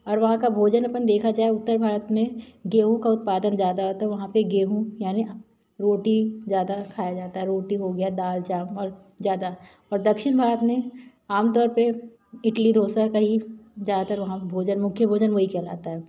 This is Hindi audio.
और वहाँ का भोजन अपन देखा जाए उत्तर भारत में गेहूँ का उत्पादन ज़्यादातर वहाँ पर गेहूँ यानि रोटी ज़्यादा खाया जाता है रोटी हो गया दाल चावल और ज़्यादा और दक्षिण भारत ने आम तौर पर इडली दोसा का ही ज़्यादातर वहाँ पर भोजन मुख्य भोजन वही कहलाता है